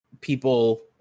people